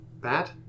Bad